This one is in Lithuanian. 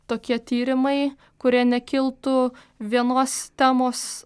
tokie tyrimai kurie nekiltų vienos temos